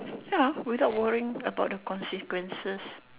ya without worrying about the consequences